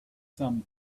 some